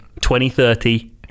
2030